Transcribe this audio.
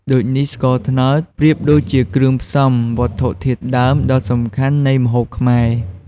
ដូចនេះ ស្ករត្នោតប្រៀបដូចជាគ្រឿងផ្សំវត្ថុធាតុដើមដ៏សំខាន់នៃម្ហូបខ្មែរ។